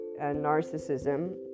narcissism